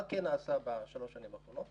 מה כן נעשה בשלוש השנים האחרונות